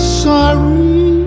sorry